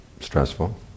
stressful